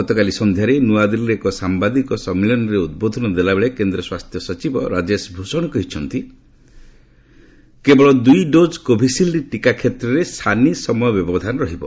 ଗତକାଲି ସନ୍ଧ୍ୟାରେ ନୂଆଦିଲ୍ଲୀରେ ଏକ ସାମ୍ବାଦିକ ସମ୍ମିଳନୀରେ ଉଦ୍ବୋଧନ ଦେବାବେଳେ କେନ୍ଦ୍ର ସ୍ୱାସ୍ଥ୍ୟ ସଚିବ ରାଜେଶ ଭୂଷଣ କହିଛନ୍ତି କେବଳ ଦୁଇ ଡୋଜ କୋଭିସିଲ୍ଡ ଟିକା କ୍ଷେତ୍ରରେ ସାନି ସମୟ ବ୍ୟବଧାନ ରହିବ